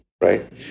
right